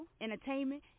entertainment